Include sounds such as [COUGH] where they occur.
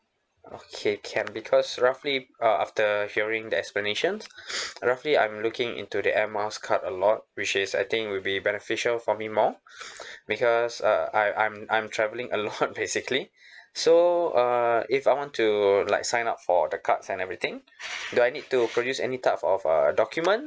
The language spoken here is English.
okay can because roughly uh after hearing the explanations roughly I'm looking into the air miles card a lot which is I think will be beneficial for me more because uh I I'm I'm travelling a lot [LAUGHS] basically so uh if I want to like sign up for the cards and everything do I need to produce any type of uh documents